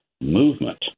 movement